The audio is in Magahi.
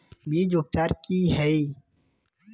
बीज उपचार कि हैय?